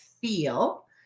feel